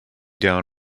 down